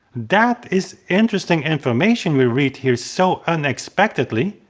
that is interesting information we read here so unexpectedly!